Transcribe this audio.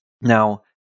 now